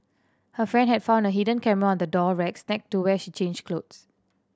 her friend had found a hidden camera on the door racks next to where she changed clothes